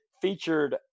featured